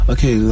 Okay